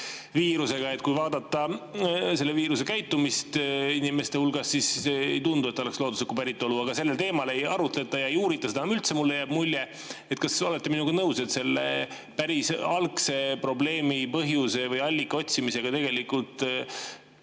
viirusega? Kui vaadata selle viiruse käitumist inimeste hulgas, siis ei tundu, et see oleks looduslikku päritolu, aga sellel teemal ei arutleta ega uurita seda üldse, jääb mulle mulje. Kas te olete minuga nõus, et selle päris algse probleemi põhjuse või allika otsimisega ei